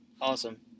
Awesome